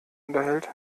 unterhält